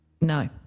No